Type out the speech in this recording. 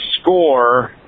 score